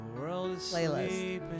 playlist